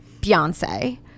Beyonce